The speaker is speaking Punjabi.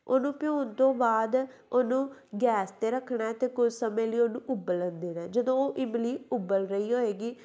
ਉਹਨੂੰ ਭਿਉਂਣ ਤੋਂ ਬਾਅਦ ਉਹਨੂੰ ਗੈਸ ਅਤੇ ਰੱਖਣਾ ਅਤੇ ਕੁਝ ਸਮੇਂ ਲਈ ਉਹਨੂੰ ਉਬਲਣ ਦੇਣਾ ਜਦੋਂ ਉਹ ਇਮਲੀ ਉਬਲ ਰਹੀ ਹੋਏਗੀ